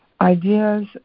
Ideas